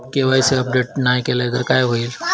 KYC update नाय केलय तर काय होईत?